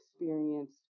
experienced